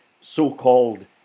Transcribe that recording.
so-called